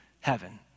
heaven